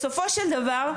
בסופו של דבר,